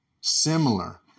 similar